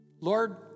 Lord